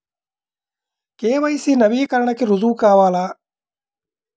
KYC నవీకరణకి రుజువు కావాలా?